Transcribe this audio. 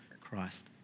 Christ